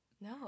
No